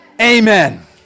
Amen